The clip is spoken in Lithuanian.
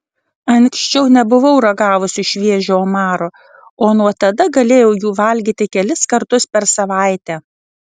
anksčiau nebuvau ragavusi šviežio omaro o nuo tada galėjau jų valgyti kelis kartus per savaitę